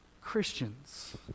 christians